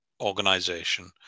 organization